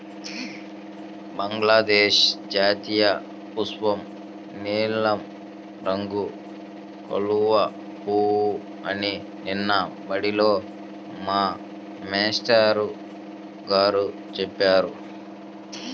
బంగ్లాదేశ్ జాతీయపుష్పం నీలం రంగు కలువ పువ్వు అని నిన్న బడిలో మా మేష్టారు గారు చెప్పారు